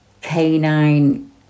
canine